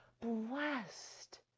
blessed